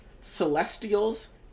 Celestials